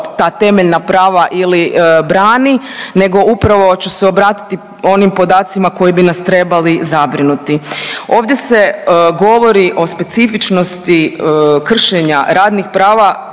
ta temeljna prava ili brani, nego upravo ću se obratiti onim podacima koji bi nas trebali zabrinuti. Ovdje se govori o specifičnosti kršenja radnih prava